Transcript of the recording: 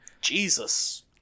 jesus